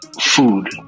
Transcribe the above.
food